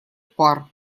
пар